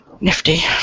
Nifty